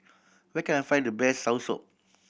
where can I find the best soursop